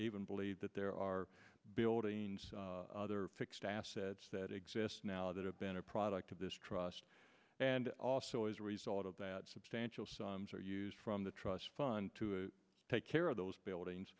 even believe that there are buildings other fixed assets that exist now that have been a product of this trust and also as a result of that substantial sums are used from the trust fund to take care of those buildings